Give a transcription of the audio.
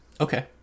okay